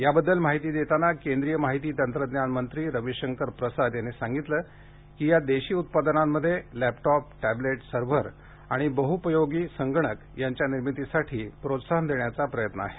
याबददल माहिती देताना केंद्रीय माहिती तंत्रज्ञान मंत्री रवीशंकर प्रसाद यांनी सांगितलं की या देशी उत्पादनांमध्ये लॅपटॉप टॅबलेट सर्व्हर आणि बह् उपयोगी संगणक यांच्या निर्मितीसाठी प्रोत्साहन देण्याचा प्रयत्न आहे